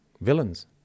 villains